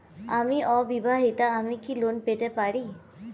আমি অবিবাহিতা আমি কি লোন পেতে পারি?